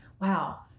Wow